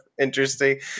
interesting